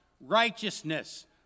righteousness